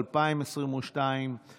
התשפ"ב 2022,